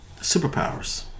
Superpowers